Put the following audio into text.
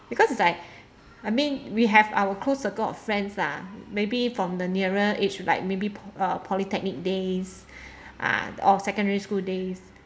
because it's like I mean we have our close circle of friends lah maybe from the nearer age like maybe po~ uh polytechnic days or secondary school days